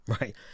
right